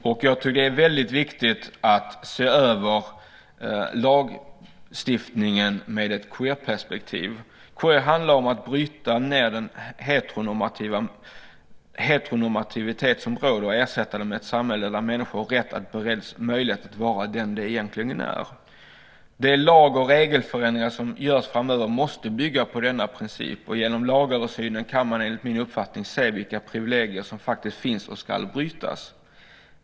Jag tror att det är väldigt viktigt att se över lagstiftningen med ett queer perspektiv. Queer handlar om att bryta ned den heteronormativitet som råder och ersätta den med ett samhälle där människor har rätt och bereds möjlighet att vara de som de egentligen är. De lag och regelförändringar som görs framöver måste bygga på denna princip. Genom lagöversynen kan man enligt min uppfattning se vilka privilegier som faktiskt finns och ska brytas.